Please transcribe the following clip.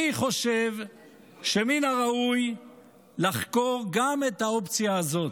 אני חושב שמן הראוי לחקור גם את האופציה הזאת.